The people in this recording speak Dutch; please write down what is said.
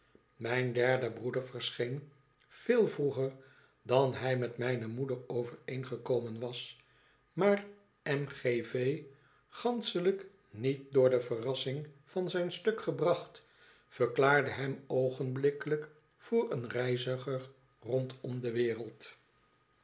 mijn derde broeder verscheen veel vroeger dan hij met mijne moeder overeengekomen was maar m g v ganschelijk niet door de verrassing van zijn stuk gebracht verklaarde hem oogenblikkelijk voor een reiziger rondom de wereld